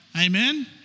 amen